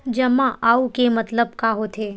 जमा आऊ के मतलब का होथे?